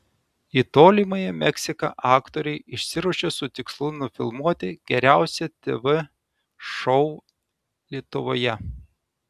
į tolimąją meksiką aktoriai išsiruošė su tikslu nufilmuoti geriausią tv šou lietuvoje